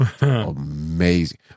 amazing